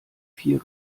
vier